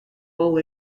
all